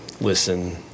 listen